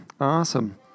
awesome